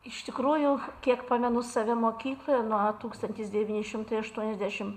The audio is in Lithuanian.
iš tikrųjų kiek pamenu save mokykloje nuo tūkstantis devyni šimtai aštuoniasdešim